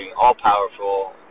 all-powerful